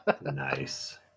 Nice